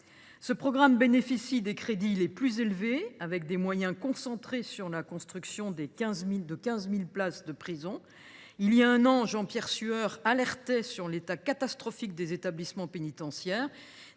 Ce programme dispose des crédits les plus élevés, l’essentiel des moyens étant concentré sur la construction de 15 000 places de prison. Il y a un an, Jean Pierre Sueur alertait sur l’état catastrophique des établissements pénitentiaires.